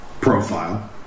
profile